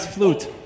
Flute